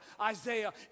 Isaiah